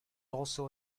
also